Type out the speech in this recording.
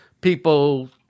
people